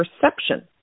perception